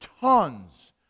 tons